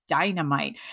dynamite